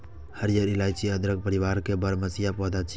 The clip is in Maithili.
हरियर इलाइची अदरक परिवार के बरमसिया पौधा छियै